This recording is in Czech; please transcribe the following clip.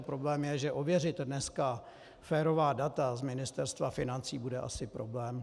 Problém je, že ověřit dneska férová data z Ministerstva financí bude asi problém.